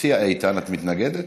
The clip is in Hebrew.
הציע איתן, את מתנגדת?